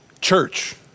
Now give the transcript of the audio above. Church